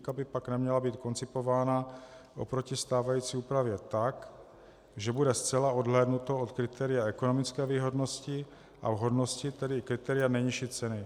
Výjimka by pak neměla být koncipována oproti stávající úpravě tak, že bude zcela odhlédnuto od kritéria ekonomické výhodnosti a vhodnosti, tedy kritéria nejnižší ceny.